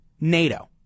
NATO